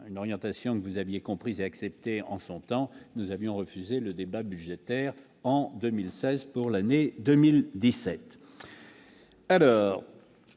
une orientation que vous aviez compris et accepté en son temps, nous avions refusé le débat budgétaire en 2016 pour l'année 2017,